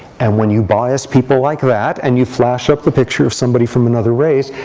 and when you bias people like that, and you flash up the picture of somebody from another race,